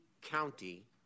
county